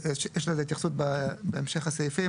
אז יש לזה התייחסות בהמשך הסעיפים,